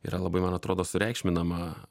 yra labai man atrodo sureikšminama